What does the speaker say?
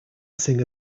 sing